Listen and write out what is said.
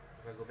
can I go back